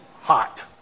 hot